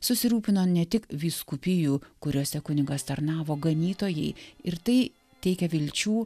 susirūpino ne tik vyskupijų kuriose kunigas tarnavo ganytojai ir tai teikia vilčių